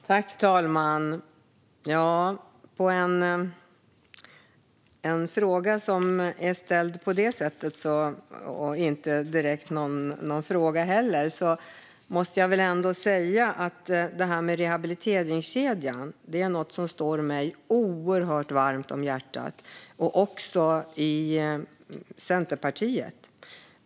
Fru talman! På en fråga ställd på det sättet - och ändå inte är en direkt fråga - måste jag säga att rehabiliteringskedjan ligger mig oerhört varmt om hjärtat. Det gäller också i Centerpartiet.